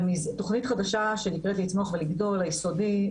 תוכנית חדשה שנקראת "לצמוח ולגדול" ליסודי,